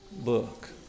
book